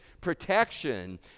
protection